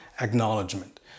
acknowledgement